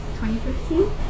2015